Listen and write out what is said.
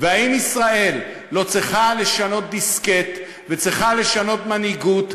והאם ישראל לא צריכה לשנות דיסקט וצריכה לשנות מנהיגות,